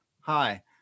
Hi